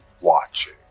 watching